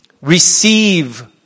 receive